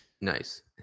Nice